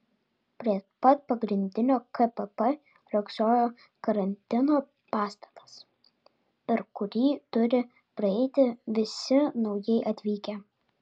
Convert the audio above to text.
prie pat pagrindinio kpp riogsojo karantino pastatas per kurį turi praeiti visi naujai atvykę